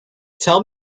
tell